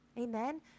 Amen